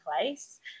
place